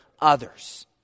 others